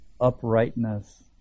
uprightness